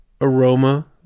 aroma